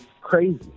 Crazy